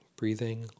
breathing